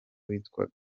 witwa